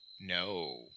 No